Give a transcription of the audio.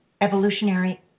evolutionary